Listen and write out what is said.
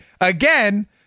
again